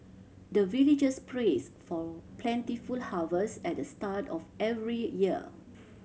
the villagers prays for plentiful harvest at the start of every year